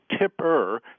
tipper